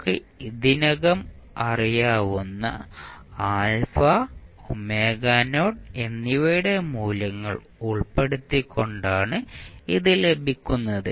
നമുക്ക് ഇതിനകം അറിയാവുന്ന ɑ എന്നിവയുടെ മൂല്യങ്ങൾ ഉൾപ്പെടുത്തിക്കൊണ്ടാണ് ഇത് ലഭിക്കുന്നത്